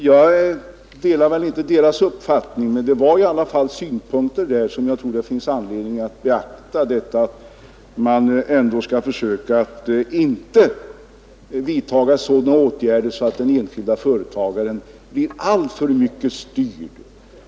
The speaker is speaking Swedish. Jag delar väl inte helt deras uppfattning, men det var i alla fall synpunkter som jag tror det finns anledning att beakta, nämligen att avstå ifrån att vidtaga sådana åtgärder att den enskilde företagaren blir alltför mycket styrd.